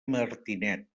martinet